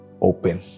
open